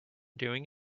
doing